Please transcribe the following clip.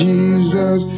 Jesus